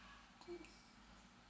this